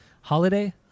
holiday